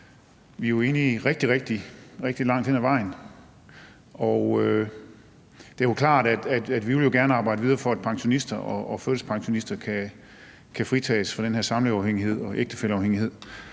Vi er jo enige rigtig, rigtig langt hen ad vejen, og det er klart, at vi gerne vil arbejde videre for, at pensionister og førtidspensionister kan fritages for den her samleverafhængighed og ægtefælleafhængighed.